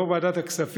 ליושבי-ראש ועדת הכספים,